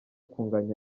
kunganya